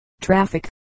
traffic